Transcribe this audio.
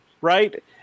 Right